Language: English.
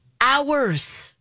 hours